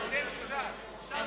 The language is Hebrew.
ש"ס ביתנו,